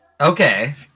Okay